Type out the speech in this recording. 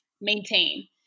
maintain